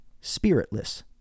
spiritless